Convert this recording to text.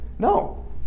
No